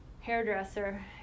hairdresser